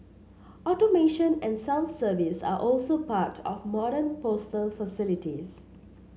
automation and self service are also part of modern postal facilities